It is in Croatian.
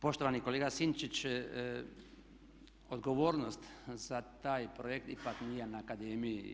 Poštovani kolega Sinčić, odgovornost za taj projekt ipak nije na akademiji.